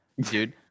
dude